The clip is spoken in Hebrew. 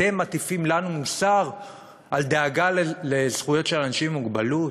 אתם מטיפים לנו מוסר על דאגה לזכויות של אנשים עם מוגבלות?